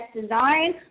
design